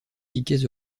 tickets